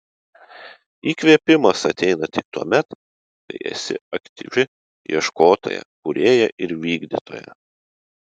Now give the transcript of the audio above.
įkvėpimas ateina tik tuomet kai esi aktyvi ieškotoja kūrėja ir vykdytoja